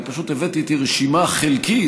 אני פשוט הבאתי איתי רשימה חלקית,